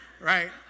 right